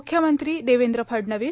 म्ख्यमंत्री देवेंद्र फडणवीस